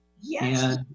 Yes